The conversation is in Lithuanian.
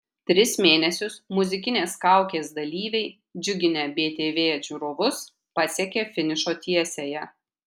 tris mėnesius muzikinės kaukės dalyviai džiuginę btv žiūrovus pasiekė finišo tiesiąją